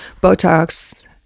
botox